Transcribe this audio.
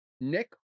Nick